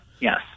yes